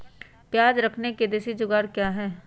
प्याज रखने का देसी जुगाड़ क्या है?